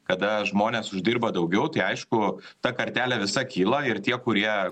kada žmonės uždirba daugiau tai aišku ta kartelė visa kyla ir tie kurie